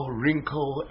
wrinkle